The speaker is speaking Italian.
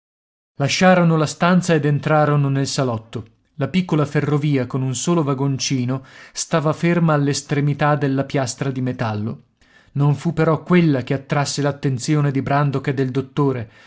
lasciarono la stanza ed entrarono nel salotto la piccola ferrovia con un solo vagoncino stava ferma all'estremità della piastra di metallo non fu però quella che attrasse l'attenzione di brandok e del dottore